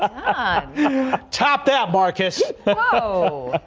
haha top that mark s o